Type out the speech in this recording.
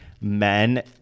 men